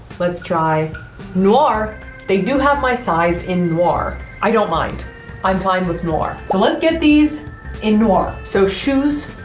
let's try you are they do have my size in noir. i don't mind i'm fine with noir so let's get these in noir. so shoes,